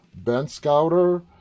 Benscouter